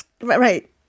right